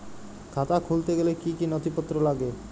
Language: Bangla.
খাতা খুলতে গেলে কি কি নথিপত্র লাগে?